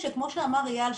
שכמו שאמר אייל,